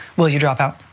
will you drop out?